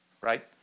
Right